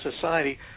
society